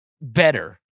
better